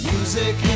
Music